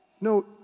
No